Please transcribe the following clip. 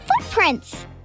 footprints